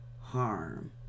harm